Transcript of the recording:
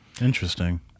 Interesting